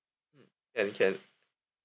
mm can can